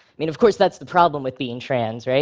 i mean of course, that's the problem with being trans, right?